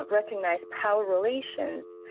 recognize power relations,